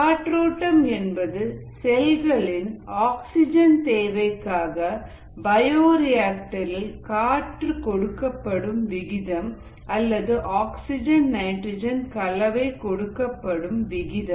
காற்றோட்டம் என்பது செல்களின் ஆக்சிஜன் தேவைக்காக பயோரிஆக்டர் ரில் காற்று கொடுக்கப்படும் விகிதம் அல்லது ஆக்ஸிஜன் நைட்ரஜன் கலவை கொடுக்கப்படும் விகிதம்